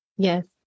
Yes